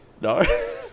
No